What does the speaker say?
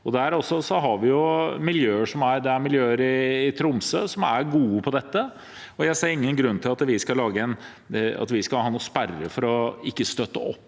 er det miljøer i Tromsø som er gode på dette, og jeg ser ingen grunn til at vi skal ha noen sperre for ikke å støtte opp